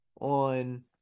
on –